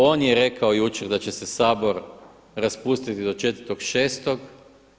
On je rekao jučer da će se Sabor raspustiti do 4.6.